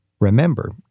Remember